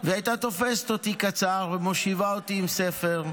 והיא הייתה תופסת אותי קצר ומושיבה אותי עם ספר,